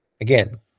Again